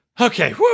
okay